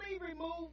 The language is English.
remove